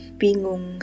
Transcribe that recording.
bingung